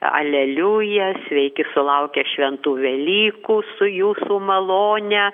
aleliuja sveiki sulaukę šventų velykų su jūsų malone